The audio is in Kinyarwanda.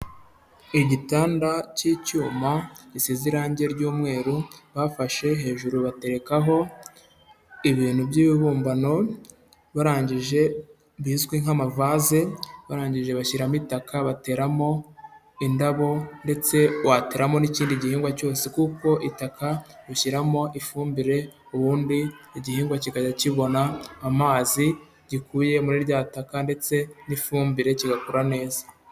Igitanda cy'icyuma gisiize irange ry'umweru, bafashe hejuru batekaho ibintu by'ibibumbano, barangije bizwi nk'amavase, barangije bashyiramo itaka bateramo indabo ndetse wateramo n'ikindi gihingwa cyose, kuko itaka ushyiramo ifumbire ubundi igihingwa kikajya kibona amazi gikuye muri rya taka ndetse n'ifumbire kigakura neza.